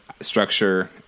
structure